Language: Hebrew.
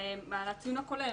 מתייחס לציון הכולל.